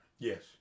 Yes